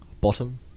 bottom